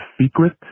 secret